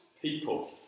people